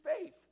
faith